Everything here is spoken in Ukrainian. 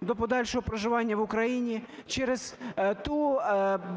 до подальшого проживання в Україні через ту